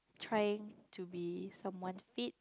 trying to be someone's feet